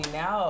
now